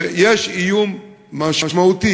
שיש איום משמעותי,